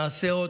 נעשה עוד.